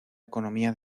economía